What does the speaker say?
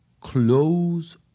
close